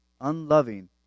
unloving